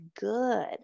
good